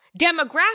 demographic